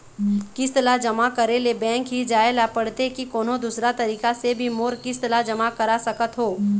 किस्त ला जमा करे ले बैंक ही जाए ला पड़ते कि कोन्हो दूसरा तरीका से भी मोर किस्त ला जमा करा सकत हो?